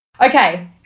Okay